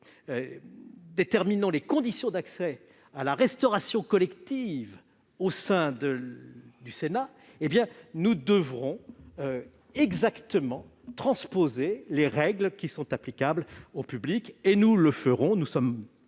que, dans les conditions d'accès à la restauration collective au sein du Sénat, nous devrons transposer exactement les règles qui sont applicables au public. Nous le ferons,